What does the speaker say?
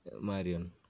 Marion